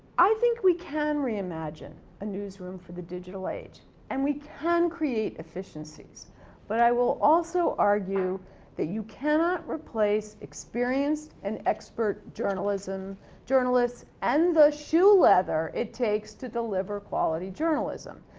i think we can reimagine a newsroom for the digital age and we can create efficiencies but i will also argue that you cannot replace experienced and expert journalists and the shoe leather it takes to deliver quality journalism.